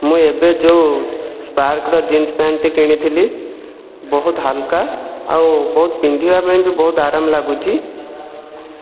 ମୁଁ ଏବେ ଯେଉଁ ସ୍ପାର୍କର ଜିନ୍ସ ପ୍ୟାଣ୍ଟଟି କିଣିଥିଲି ବହୁତ ହାଲୁକା ଆଉ ବହୁତ ପିନ୍ଧିବା ପାଇଁ ବି ବହୁତ ଆରାମ ଲାଗୁଛି